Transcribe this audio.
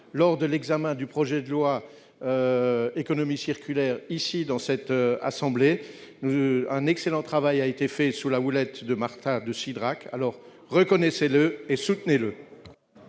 lors de l'examen du projet de loi Économie circulaire par notre assemblée, un excellent travail a été réalisé sous la houlette de Marta de Cidrac. Reconnaissez-le et soutenez-le